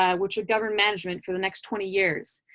ah which should govern management for the next twenty years.